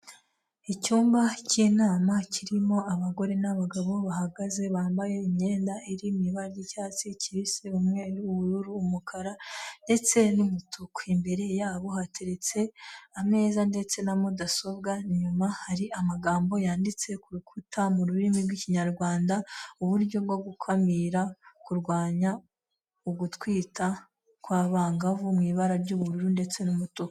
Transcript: Icyumba cy'inama kirimo abagore n'abagabo bahagaze bambaye imyenda iri mu ibara ry'icyatsi kibisi, umweru, ubururu, umukara ndetse n'umutuku. Imbere yabo hateretse ameza ndetse na mudasobwa, inyuma hari amagambo yanditse ku rukuta mu rurimi rw'Ikinyarwanda, uburyo bwo gukamira ,kurwanya ugutwita kw'abangavu, mu ibara ry'ubururu ndetse n'umutuku.